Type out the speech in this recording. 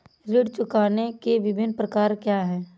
ऋण चुकाने के विभिन्न प्रकार क्या हैं?